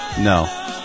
No